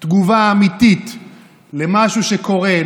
תגובה אמיתית על משהו שקורה,